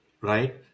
right